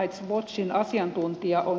rights watchin asiantuntija on kritisoinut